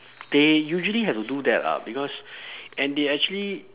they usually have to do that lah because and they actually